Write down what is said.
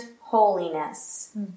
holiness